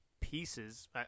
pieces